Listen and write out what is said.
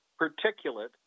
particulate